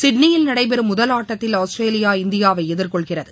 சிட்னியில் நடைபெறும் முதல் ஆட்டத்தில் ஆஸ்திரேலியா இந்தியாவை எதிர்கொள்கிறது